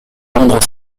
vendre